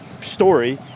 story